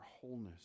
wholeness